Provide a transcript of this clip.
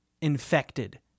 infected